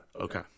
Okay